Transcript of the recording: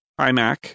iMac